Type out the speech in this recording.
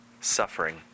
suffering